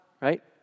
right